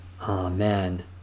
Amen